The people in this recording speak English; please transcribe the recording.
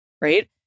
Right